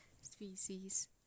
species